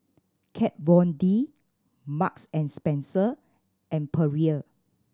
Kat Von D Marks and Spencer and Perrier